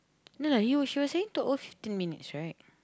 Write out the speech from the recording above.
no no he was she was saying total fifteen minutes right